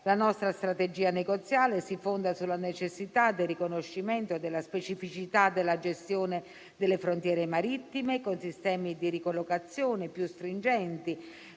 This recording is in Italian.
La nostra strategia negoziale si fonda sulla necessità del riconoscimento della specificità della gestione delle frontiere marittime, con sistemi di ricollocazione più stringenti